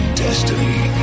destiny